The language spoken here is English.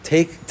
Take